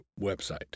website